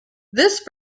this